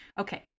Okay